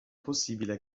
possibile